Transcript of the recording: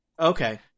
Okay